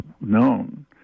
known